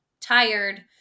tired